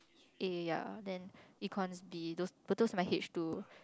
A ya then Econs B those but those are my H two